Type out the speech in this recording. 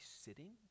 sitting